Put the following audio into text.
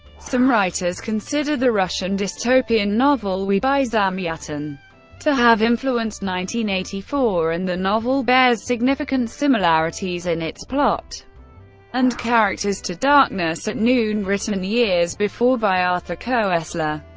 some writers consider the russian dystopian novel we by zamyatin to have influenced nineteen eighty-four, and the novel bears significant similarities in its plot and characters to darkness at noon, written years before by arthur koestler,